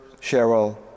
Cheryl